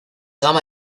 gama